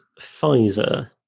Pfizer